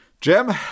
Jim